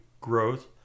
growth